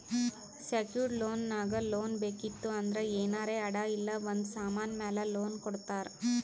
secured loan ನಾಗ್ loan ಬೇಕಿತ್ತು ಅಂದ್ರ ಏನಾರೇ ಅಡಾ ಇಲ್ಲ ಒಂದ್ ಸಮಾನ್ ಮ್ಯಾಲ ಲೋನ್ ಕೊಡ್ತಾರ್